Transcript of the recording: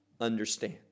understand